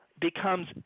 becomes